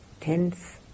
Tense